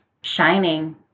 shining